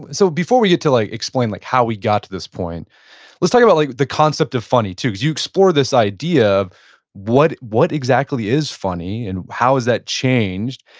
so before we get to like explain like how we got to this point let's talk about like the concept of funny too. you explore this idea of what what exactly is funny and how is that changed.